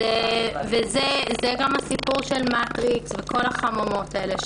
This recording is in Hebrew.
זה גם הסיפור של מטריקס וכל החממות האלה.